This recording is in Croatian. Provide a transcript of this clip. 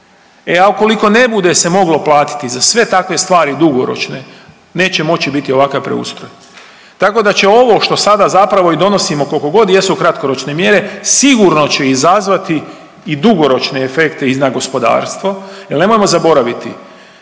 e a ukoliko ne bude se moglo platiti za sve takve stvari dugoročne neće moći biti ovakav preustroj. Tako da će ovo što sada zapravo i donosimo kolko god jesu kratkoročne mjere sigurno će izazvati i dugoročne efekte i na gospodarstvo jel nemojmo zaboraviti,